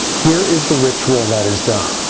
here is the ritual that is done,